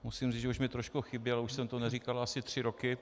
Musím říct, že už mi trošku chyběl, už jsem to neříkal asi tři roky.